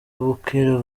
bukera